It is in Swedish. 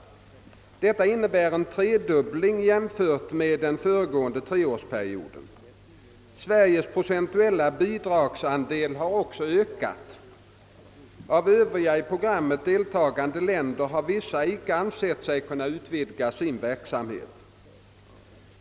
Detta innebär en tredubbling jämfört med den föregående treårsperioden. Sveriges procentuella bidragsandel har också ökat. Av övriga i programmet deltagande länder har vissa icke ansett sig kunna utvidga sin medverkan.